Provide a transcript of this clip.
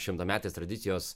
šimtametės tradicijos